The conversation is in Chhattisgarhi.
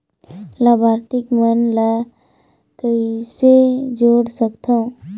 लाभार्थी मन ल कइसे जोड़ सकथव?